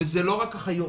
זה לא רק אחיות,